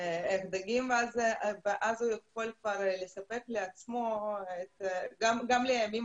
את הדג ואז הוא יכול לספק לעצמו גם לימים